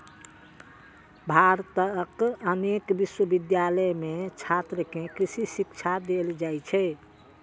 भारतक अनेक विश्वविद्यालय मे छात्र कें कृषि शिक्षा देल जाइ छै